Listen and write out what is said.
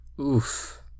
Oof